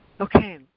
Okay